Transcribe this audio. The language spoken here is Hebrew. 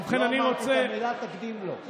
ובכן, אני רוצה, לא אמרתי את המילה "תקדים", לא.